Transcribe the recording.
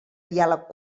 diàleg